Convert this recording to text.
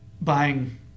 buying